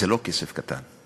זה לא כסף קטן,